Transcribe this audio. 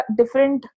different